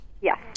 Yes